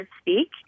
speak